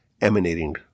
emanating